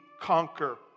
conquer